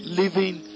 living